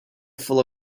full